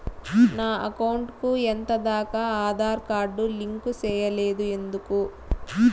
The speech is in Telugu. నా అకౌంట్ కు ఎంత దాకా ఆధార్ కార్డు లింకు సేయలేదు ఎందుకు